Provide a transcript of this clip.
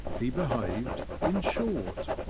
he behaved, in short,